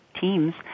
teams